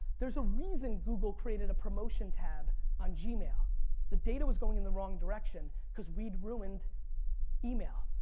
there's a reason google created a promotion tab on gmail. the data was going in the wrong direction cause we'd ruined email.